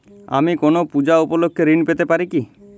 আমি কোনো পূজা উপলক্ষ্যে ঋন পেতে পারি কি?